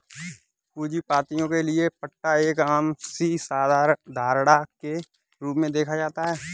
पूंजीपतियों के लिये पट्टा एक आम सी धारणा के रूप में देखा जाता है